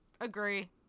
Agree